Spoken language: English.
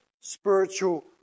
spiritual